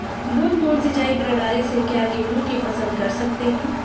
बूंद बूंद सिंचाई प्रणाली से क्या गेहूँ की फसल कर सकते हैं?